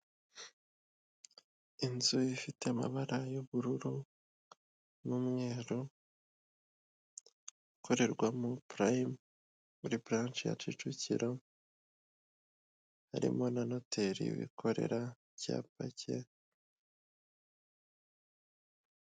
Inzu ifite amabara y'ubururu n'umweru, ikorerwamo purayimu, muri buranshe ya kicukiro, harimo na noteri wikorera, icyapa cye...